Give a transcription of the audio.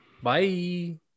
Bye